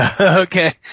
Okay